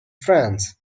france